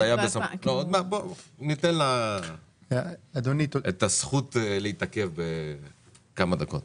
ניתן לה את הזכות להתעכב כמה דקות.